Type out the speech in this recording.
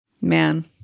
Man